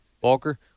walker